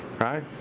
Right